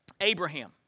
Abraham